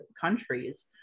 countries